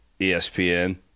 ESPN